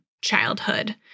childhood